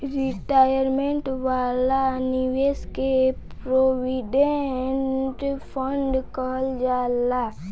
retirement वाला निवेश के प्रोविडेंट फण्ड कहल जाला